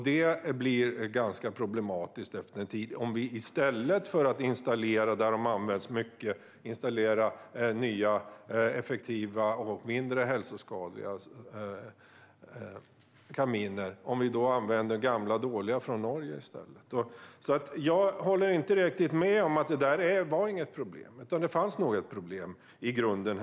Det blir ju ganska problematiskt om vi i stället för att installera nya, effektiva och mindre hälsofarliga kaminer där de används mycket använder gamla dåliga från Norge. Jag håller inte riktigt med om att det där inte var ett problem, för nog fanns det ett problem i grunden.